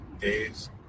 days